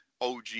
OG